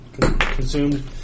consumed